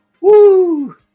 Woo